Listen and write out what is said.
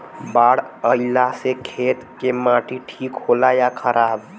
बाढ़ अईला से खेत के माटी ठीक होला या खराब?